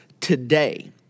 today